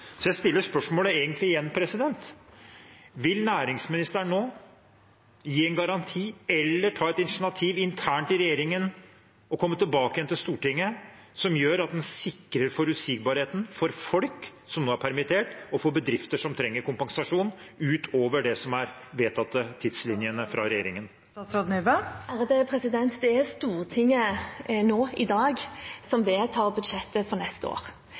Så jeg stiller spørsmålet igjen: Vil næringsministeren nå gi en garanti eller ta et initiativ internt i regjeringen og komme tilbake med noe til Stortinget som gjør at en sikrer forutsigbarheten for folk som nå er permittert, og for bedrifter som trenger kompensasjon utover det som er de vedtatte tidslinjene fra regjeringen? Det er Stortinget nå i dag som vedtar budsjettet for neste år,